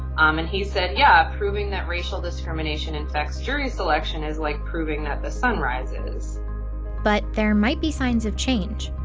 um and he said yeah, proving that racial discrimination and effects jury selection is like proving that the sun rises but there might be signs of progress.